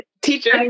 teacher